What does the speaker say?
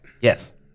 Yes